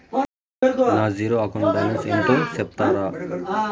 నా zero account balance ఎంతో సెప్తారా?